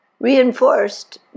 reinforced